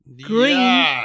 green